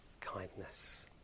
kindness